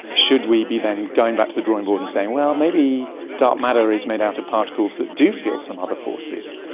should we be then going back to the drawing board and saying, well, maybe dark matter is made out of particles that do feel some other forces.